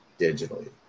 digitally